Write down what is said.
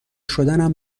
شدنم